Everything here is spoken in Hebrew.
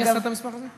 מאיפה הטבלה הזאת?